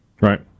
Right